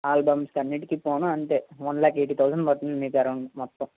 ఆల్బమ్స్కి అన్నిటికి పోనూ అంతే వన్ ల్యాక్ ఎయిటీ థౌజెండ్ పడుతుంది మీకు అరౌండ్ మొత్తం